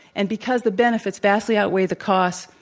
and because the benefits vastly outweigh the costs,